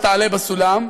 או תעלה בסולם,